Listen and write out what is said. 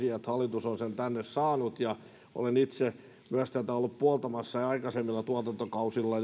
hallitus on sen tänne saanut ja olen itse myös tätä ollut puoltamassa jo aikaisemmilla tuotantokausilla